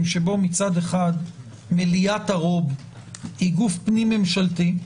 שבו מצד אחד מליאת הרוב היא גוף פנים ממשלתי,